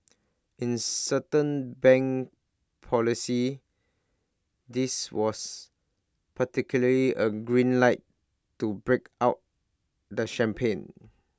in certain bank policy this was practically A green light to break out the champagne